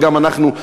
שגם אנחנו,